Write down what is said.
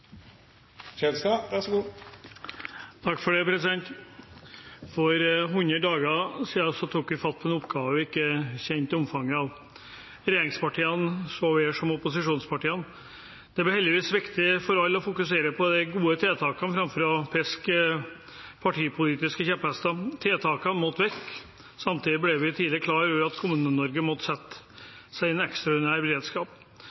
For 100 dager siden tok vi fatt på en oppgave vi ikke kjente omfanget av, regjeringspartiene så vel som opposisjonspartiene. Det ble heldigvis viktig for alle å fokusere på de gode tiltakene framfor å piske partipolitiske kjepphester. Tiltakene måtte til. Samtidig ble vi tidlig klar over at Kommune-Norge måtte sette seg i ekstraordinær beredskap.